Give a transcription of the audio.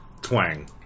twang